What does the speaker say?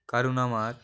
কারণ আমার